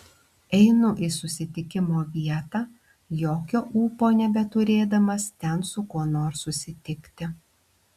einu į susitikimo vietą jokio ūpo nebeturėdamas ten su kuo nors susitikti